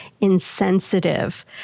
insensitive